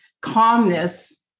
calmness